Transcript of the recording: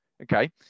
okay